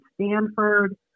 Stanford